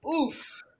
Oof